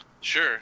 Sure